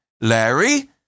Larry